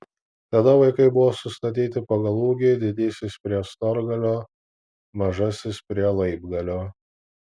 tada vaikai buvo sustatyti pagal ūgį didysis prie storgalio mažasis prie laibgalio